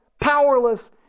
powerless